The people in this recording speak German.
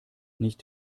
nicht